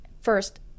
first